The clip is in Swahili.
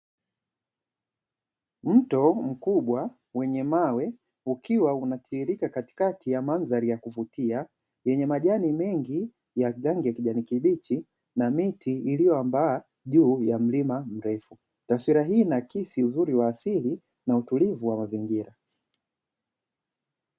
Mto mkubwa wenye mawe ukiwa unatiririka katikati ya mandhari ya kuvutia, yenye majani mengi ya rangi ya kijani kibichi, na miti iliyoambaa juu ya mlima mrefu taswira hii inaakisi uzuri wa asili na utulivu wa mazingira.